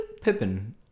Pippin